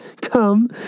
come